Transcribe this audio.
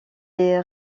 est